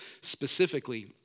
specifically